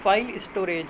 file storage